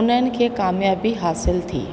उन्हनि खे कामयाबी हासिल थी